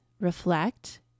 reflect